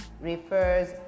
refers